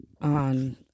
on